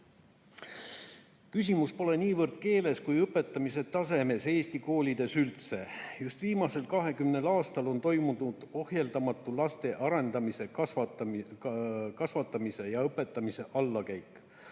"Küsimus pole niivõrd keeles, kuivõrd õpetamise tasemes Eesti koolides üldse. Just viimasel kahekümnel aastal on toimunud ohjeldamatu laste arendamise, kasvatamise ja õpetamise allakäik.